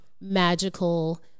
magical